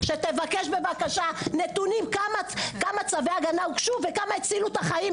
שתבקש בבקשה נתונים כמה צווי הגנה הוגשו וכמה הצילו את החיים,